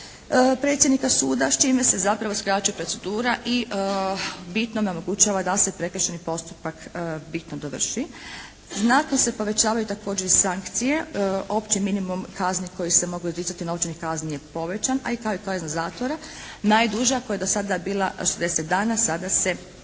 predsjednika suda, s čime se zapravo skraćuje procedura i bitno omogućava da se prekršajni postupak bitno dovrši. Znatno se povećavaju također i sankcije, opći minimum kazni koji se mogu izricati, novčanih kazni je povećan a tako i kazna zatvora. Najduža koja je dosada bila 60 dana, sada se